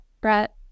Brett